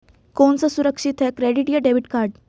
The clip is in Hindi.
कौन सा सुरक्षित है क्रेडिट या डेबिट कार्ड?